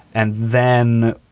and then,